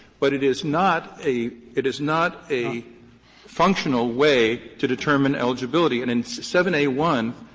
but it is not a it is not a functional way to determine eligibility. and in seven a one,